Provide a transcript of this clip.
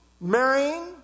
marrying